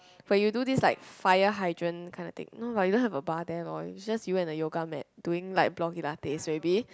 where you do this like fire hydrant kinda thing no but you don't have a bar there lor is just you and a yoga mat doing like Blogilates maybe